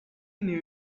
new